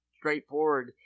straightforward